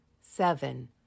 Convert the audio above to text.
seven